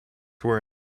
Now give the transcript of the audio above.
were